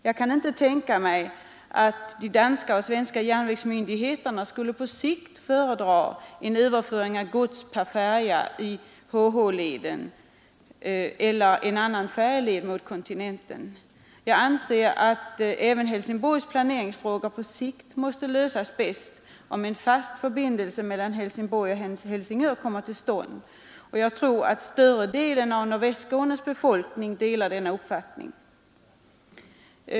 Jag kan inte tänka mig att de danska och svenska järnvägsmyndigheterna på sikt skulle föredra en överföring av gods per färja i leden Helsingborg— Helsingör eller någon annan färjled mot kontinenten. Jag anser att även Helsingborgs planeringsfrågor på sikt måste lösas bäst om en fast förbindelse mellan Helsingborg och Helsingör kommer till stånd. Större delen av nordvästra Skånes befolkning delar säkerligen denna uppfattning.